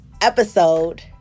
episode